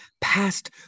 past